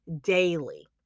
daily